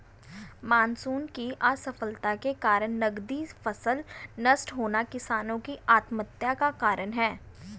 monsoon की असफलता के कारण नकदी फसल नष्ट होना किसानो की आत्महत्या का कारण है